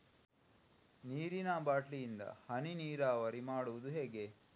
ನೀರಿನಾ ಬಾಟ್ಲಿ ಇಂದ ಹನಿ ನೀರಾವರಿ ಮಾಡುದು ಹೇಗೆ?